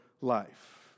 life